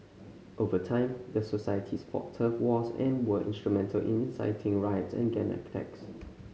over time the societies fought turf wars and were instrumental in inciting riots and gang attacks